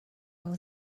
all